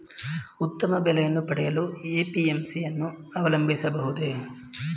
ಉತ್ತಮ ಬೆಲೆಯನ್ನು ಪಡೆಯಲು ಎ.ಪಿ.ಎಂ.ಸಿ ಯನ್ನು ಅವಲಂಬಿಸಬಹುದೇ?